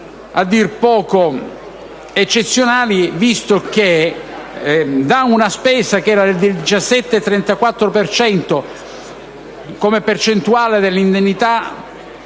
a dir poco eccezionali, visto che da una spesa del 17,34 per cento, come percentuale dell'indennità